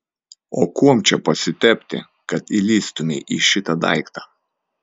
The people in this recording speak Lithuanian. o kuom čia pasitepti kad įlįstumei į šitą daiktą